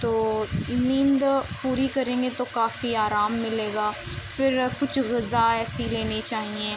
تو نیند پوری کریں گے تو کافی آرام ملے گا پھر کچھ غذا ایسی لینی چاہئیے